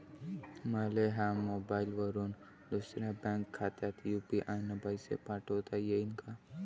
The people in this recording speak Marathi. मले माह्या मोबाईलवरून दुसऱ्या बँक खात्यात यू.पी.आय न पैसे पाठोता येईन काय?